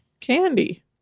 Candy